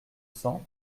cents